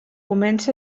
comença